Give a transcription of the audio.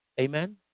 Amen